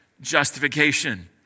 justification